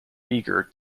eager